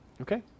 Okay